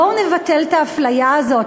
בואו נבטל את האפליה הזאת.